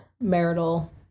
marital